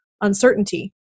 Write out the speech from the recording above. uncertainty